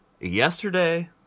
yesterday